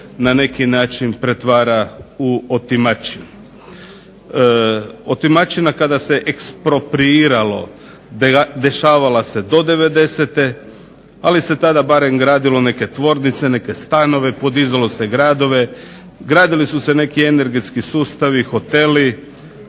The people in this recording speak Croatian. na neki način pretvara u otimačinu. Otimačina kada se ekspropriiralo dešavala se do devedesete ali se tada barem gradilo neke tvornice, neke stanove, podizalo se gradove. Gradili su se neki energetski sustavi, hoteli